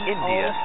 India